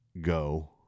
go